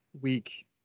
week